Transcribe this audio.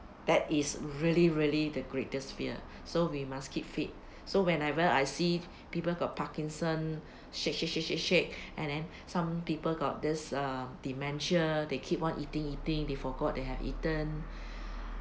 that is really really the greatest fear so we must keep fit so whenever I see people got parkinson shake shake shake shake shake and then some people got this err dementia they keep on eating eating they forgot they have eaten